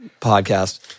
podcast